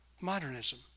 modernism